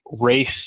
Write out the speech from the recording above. Race